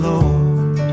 Lord